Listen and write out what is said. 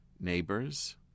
neighbors